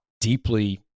deeply